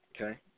okay